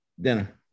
Dinner